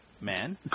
Man